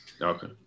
Okay